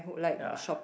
yeah